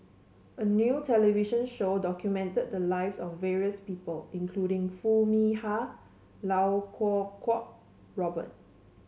a new television show documented the lives of various people including Foo Mee Har Lau Kuo Kwong Robert